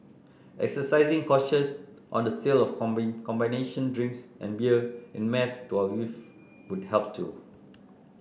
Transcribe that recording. exercising caution on the sale of combination drinks and beer en mass to our youth would help too